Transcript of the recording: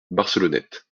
barcelonnette